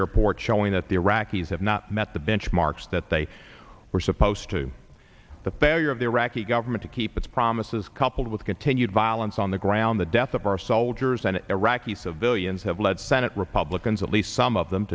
report showing that the iraqis have not met the benchmarks that they were supposed to the failure of the iraqi government to keep its promises coupled with continued violence on the ground the death of our soldiers and iraqi civilians have led senate republicans at least some of them